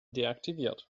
deaktiviert